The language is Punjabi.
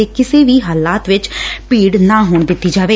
ਅਤੇ ਕਿਸੇ ਵੀ ਹਾਲਾਤ ਵਿਚ ਭੀੜ ਨਾ ਹੋਣ ਦਿੱਤੀ ਜਾਵੇ